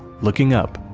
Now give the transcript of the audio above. looking up,